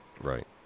Right